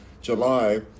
July